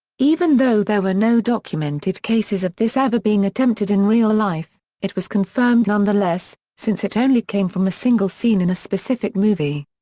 even though there were no documented cases of this ever being attempted in real life, it was confirmed nonetheless, since it only came from a single scene in a specific movie.